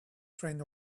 friend